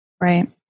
right